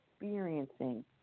experiencing